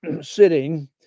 sitting